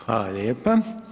Hvala lijepo.